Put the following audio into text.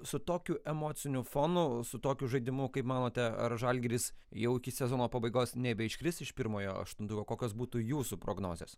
su tokiu emociniu fonu su tokiu žaidimu kaip manote ar žalgiris jau iki sezono pabaigos nebeiškris iš pirmojo aštuntuko kokios būtų jūsų prognozės